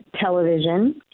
Television